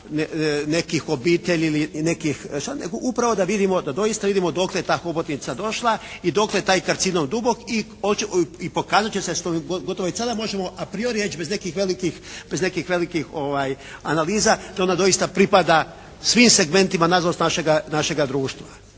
nekih, nego upravo da vidimo, da doista vidimo dokle je ta hobotnica došla i dokle je taj karcinom dubok i pokazat će se što gotovo već sada možemo a priori reći bez nekih velikih analiza, da ona doista pripada svim segmentima na žalost našega društva.